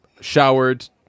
showered